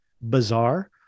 bizarre